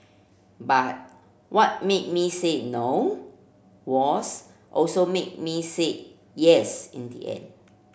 but what made me say No was also what made me say Yes in the end